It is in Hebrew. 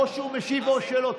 או שהוא משיב או שלא.